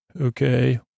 okay